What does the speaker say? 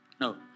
No